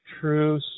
true